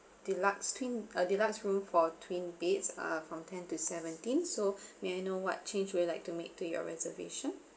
the deluxe twin uh deluxe room for twin beds uh from ten to seventeen so may I know what change would you like to make to your reservation